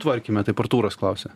tvarkyme taip artūras klausia